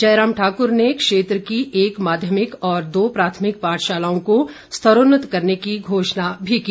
जयराम ठाकुर ने क्षेत्र की एक माध्यमिक और दो प्राथमिक पाठशालाओं को स्तरोन्नत करने की घोषणा भी की